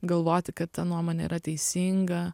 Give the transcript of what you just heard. galvoti kad ta nuomonė yra teisinga